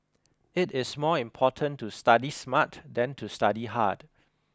it is more important to study smart than to study hard